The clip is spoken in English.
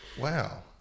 Wow